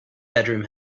bedroom